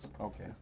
Okay